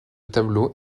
tableau